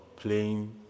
playing